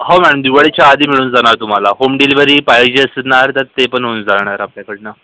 हो मॅडम दिवाळीच्या आधी मिळून जाणार तुम्हाला होम डिलिव्हरी पाहिजे असणार तर ते पण होऊन जाणार आपल्याकडून